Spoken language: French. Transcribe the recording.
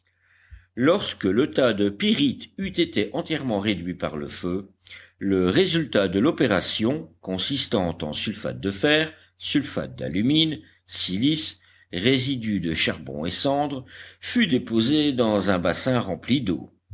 lorsque le tas de pyrites eut été entièrement réduit par le feu le résultat de l'opération consistant en sulfate de fer sulfate d'alumine silice résidu de charbon et cendres fut déposé dans un bassin rempli d'eau